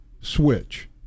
switch